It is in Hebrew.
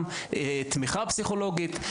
תמיכה פסיכולוגית.